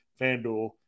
FanDuel